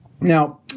Now